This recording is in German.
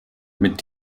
mit